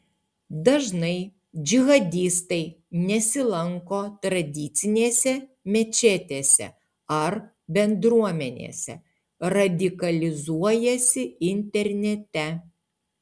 dažnai džihadistai nesilanko tradicinėse mečetėse ar bendruomenėse radikalizuojasi internete